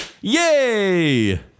Yay